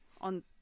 on